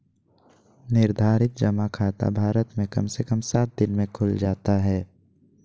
निर्धारित जमा खाता भारत मे कम से कम सात दिन मे खुल जाता हय